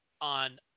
on